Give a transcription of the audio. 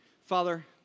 Father